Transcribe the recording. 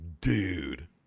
dude